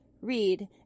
read